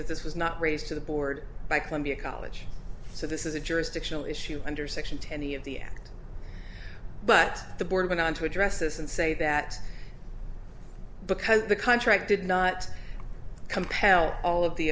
that this was not raised to the board by columbia college so this is a jurisdictional issue under section twenty of the act but the board went on to address this and say that because the contract did not compel all of the